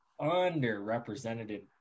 underrepresented